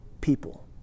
people